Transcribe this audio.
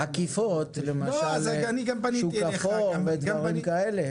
למשל שוק אפור ודברים כאלה.